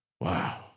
Wow